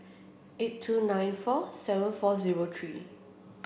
eight two nine four seven four zero three